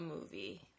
movie